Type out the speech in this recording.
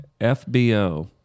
FBO